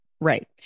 right